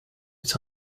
its